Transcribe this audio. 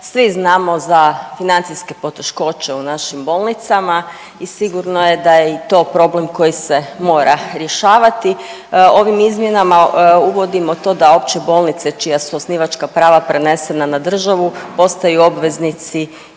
svi znamo za financijske poteškoće u našim bolnicama i sigurno je da je i to problem koji se mora rješavati. Ovim izmjenama uvodimo to da opće bolnice čija su osnivačka prava prenesena na državu postaju obveznici